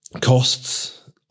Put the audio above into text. costs